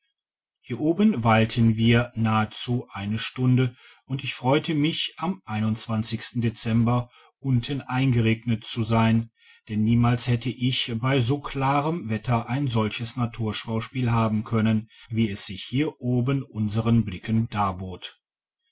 hier oben weilten wir nahezu eine stunde und ich freute mich am dezember unten eingeregnet zu sein denn niemals hätte ich bei so klarem wetter ein solches naturschauspiel haben können wie es sich hier oben unsern blicken